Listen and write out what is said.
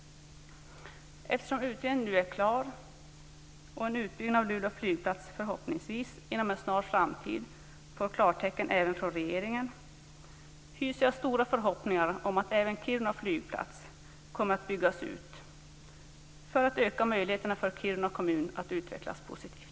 Eftersom utredningen nu är klar och en utbyggnad av Luleå flygplats förhoppningsvis inom en snar framtid får klartecken även från regeringen hyser jag stora förhoppningar om att även Kiruna flygplats kommer att byggas ut för att öka möjligheterna för Kiruna kommun att utvecklas positivt.